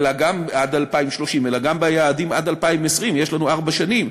עד 2030 אלא גם ביעדים עד 2020, יש לנו ארבע שנים,